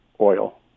oil